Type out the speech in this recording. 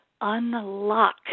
unlock